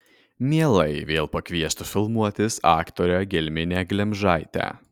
mielai vėl pakviestų filmuotis aktorę gelminę glemžaitę